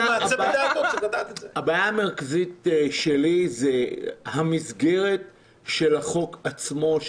הבעיה המרכזית שלי זה המסגרת של החוק עצמו,